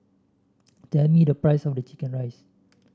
tell me the price of the chicken rice